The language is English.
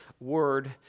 word